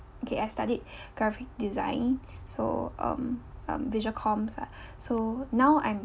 okay I studied graphic design so um um visual comms lah so now I'm